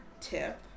tip